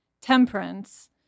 Temperance